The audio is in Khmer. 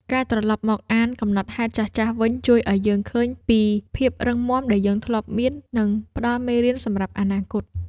ការត្រឡប់មកអានកំណត់ហេតុចាស់ៗវិញ ជួយឱ្យយើងឃើញពីភាពរឹងមាំដែលយើងធ្លាប់មាន និងផ្ដល់មេរៀនសម្រាប់អនាគត។